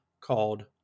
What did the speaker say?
called